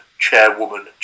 chairwoman